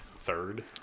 third